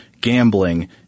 gambling